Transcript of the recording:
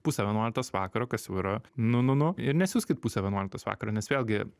pusę vienuoliktos vakaro kas jau yra nu nu nu ir nesiųskit pusę vienuoliktos vakaro nes vėlgi